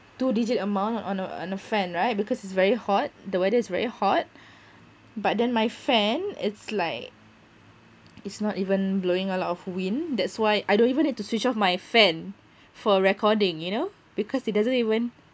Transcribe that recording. two digit amount on a on a fan right because it's very hot the weather is very hot but then my fan it's like it's not even blowing out lot of wind that's why I don't even need to switch off my fan for recording you know because it doesn't even